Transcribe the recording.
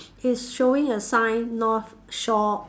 is showing a sign north shore